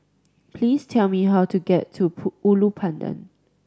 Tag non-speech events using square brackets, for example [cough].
please tell me how to get to [unintelligible] Ulu Pandan